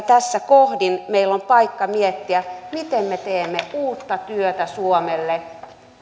tässä kohdin meillä on paikka miettiä miten me teemme uutta työtä suomelle